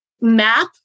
map